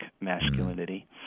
masculinity